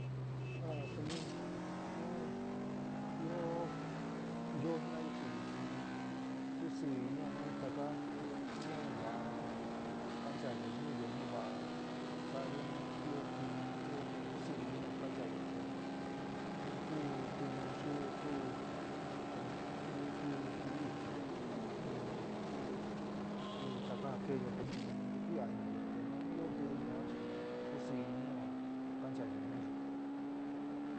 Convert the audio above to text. A suni nu ɨó yoó jina'ayo chi suni kusɨɨ inɨo nu taka nuu va'a kanchaayo ñúyo nu va'a sa'ayo nu ɨó tiun nu ɨó te kusɨɨ inɨo kanchayo te nu tu tiún xi tu esté nu tu ku ituyo nu tu tiún nu tu taka ja keéyo te suni ntukuia iniyo te nu ɨó ntii yuan chi kusɨɨ inió kanchayo ñúyo.